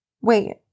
Wait